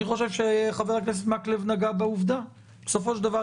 אני חושב שחבר הכנסת מקלב נגע בעובדה בסופו של דבר,